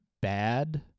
bad